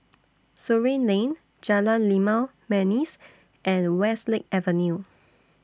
Surin Lane Jalan Limau Manis and Westlake Avenue